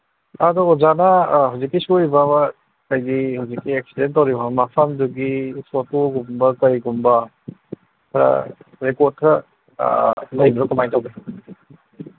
ꯑꯗꯨ ꯑꯣꯖꯥꯅ ꯍꯧꯖꯤꯛꯀꯤ ꯁꯣꯛꯏꯕ ꯍꯥꯏꯗꯤ ꯍꯧꯖꯤꯛꯀꯤ ꯑꯦꯛꯁꯤꯗꯦꯟ ꯇꯧꯔꯤꯕ ꯃꯐꯝꯗꯨꯒꯤ ꯐꯣꯇꯣꯒꯨꯝꯕ ꯀꯩꯒꯨꯝꯕ ꯈꯔ ꯔꯦꯀꯣꯔꯠ ꯈꯔ ꯂꯩꯕ꯭ꯔꯥ ꯀꯃꯥꯏ ꯇꯧꯒꯦ